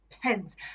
Pens